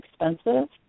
expensive